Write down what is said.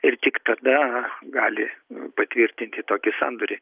ir tik tada gali patvirtinti tokį sandorį